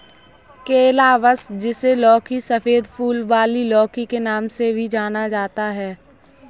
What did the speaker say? calabash, जिसे लौकी, सफेद फूल वाली लौकी के नाम से भी जाना जाता है